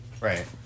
Right